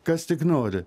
kas tik nori